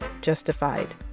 justified